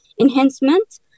enhancements